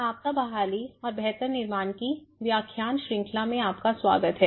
आपदा बहाली और बेहतर निर्माण की व्याख्यान श्रृंखला में आपका स्वागत है